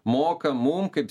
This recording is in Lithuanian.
moka mum kaip